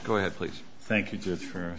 go ahead please thank you just for